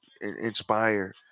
inspire